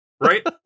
right